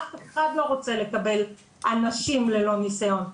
אף אחד לא רוצה לקבל אנשים ללא ניסיון,